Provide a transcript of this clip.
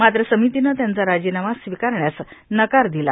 मात्र समितीनं त्यांचा राजीनामा स्वीकारण्यास नकार दिला